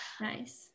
Nice